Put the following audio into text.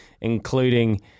including